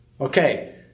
Okay